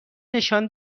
نشان